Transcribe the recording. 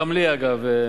אגב,